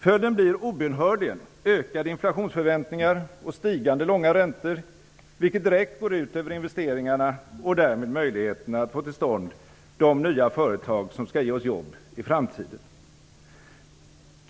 Följden blir obönhörligen ökade inflationsförväntningar och stigande långa räntor, vilket direkt går ut över investeringarna och därmed möjligheterna att få till stånd de nya företag som skall ge oss jobb i framtiden.